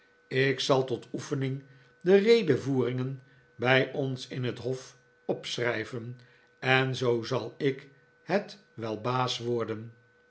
ik zal tot oefening de redevoeringen bij ons in het hof opschrijven en zoo zal ik het wel baas worden